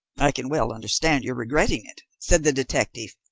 i can well understand your regretting it, said the detective.